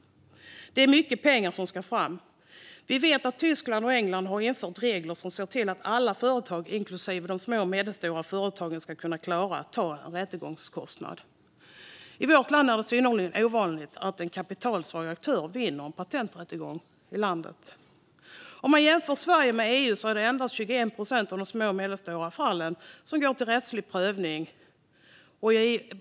Det är mycket pengar som ska fram. Vi vet att Tyskland och England har infört regler som ser till att alla företag, inklusive de små och medelstora företagen, ska kunna klara att ta en rättegångskostnad. I vårt land är det synnerligen ovanligt att en kapitalsvag aktör vinner en patenträttegång. Man kan jämföra Sverige med EU. Det är endast 21 procent av fallen, när det gäller de små och medelstora, som går till rättslig prövning i Sverige.